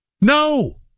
No